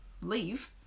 leave